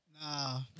Nah